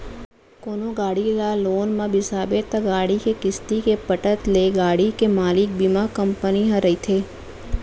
कोनो गाड़ी ल लोन म बिसाबे त गाड़ी के किस्ती के पटत ले गाड़ी के मालिक बीमा कंपनी ह रहिथे